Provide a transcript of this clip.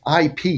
IP